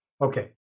Okay